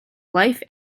life